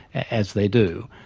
as they do,